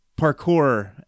parkour